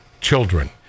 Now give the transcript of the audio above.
children